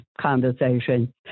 conversation